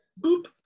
boop